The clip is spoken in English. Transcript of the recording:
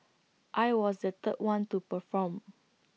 I was the third one to perform